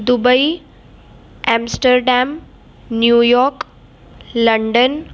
Dubai Amsterdam New York London